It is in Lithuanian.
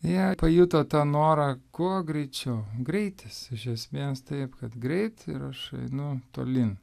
jie pajuto tą norą kuo greičiau greitis iš esmės taip kad greit ir aš einu tolyn